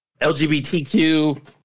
LGBTQ